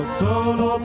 solo